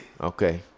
Okay